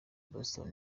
boston